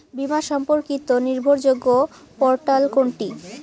বীমা সম্পর্কিত নির্ভরযোগ্য পোর্টাল কোনটি?